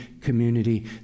community